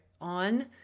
on